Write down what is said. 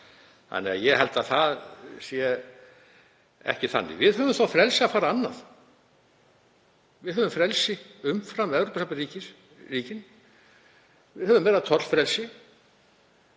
þannig að ég held að það sé ekki þannig. Við höfum það frelsi að fara annað. Við höfum frelsi umfram Evrópusambandsríkin. Við höfum meira tollfrelsi,